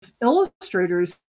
illustrators